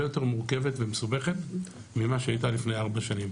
יותר מורכבת ומסובכת ממה שהיא הייתה לפני ארבע שנים.